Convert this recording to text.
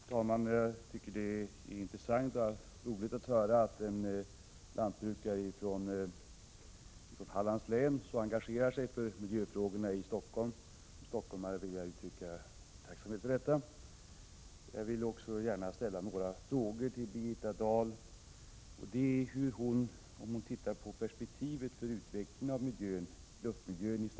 Herr talman! Jag tycker att det är intressant och roligt att höra att en lantbrukare från Hallands län så engagerar sig för miljöfrågorna i Stockholm. Som stockholmare vill jag uttrycka min tacksamhet för detta. Jag vill också gärna ställa en fråga till Birgitta Dahl. Det gäller perspektivet på luftmiljöns utveckling, hur den har förändrats.